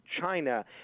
China